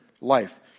life